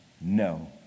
No